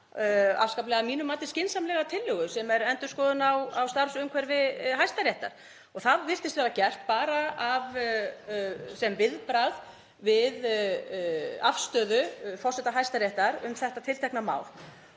afskaplega skynsamlega tillögu að mínu mati sem er endurskoðun á starfsumhverfi Hæstaréttar. Það virtist vera gert bara sem viðbragð við afstöðu forseta Hæstaréttar um þetta tiltekna mál.